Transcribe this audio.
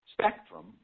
spectrum